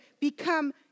become